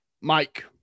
Mike